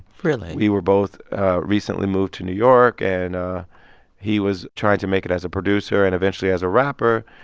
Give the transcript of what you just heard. really. we were both recently moved to new york. and he was trying to make it as a producer and, eventually, as a rapper.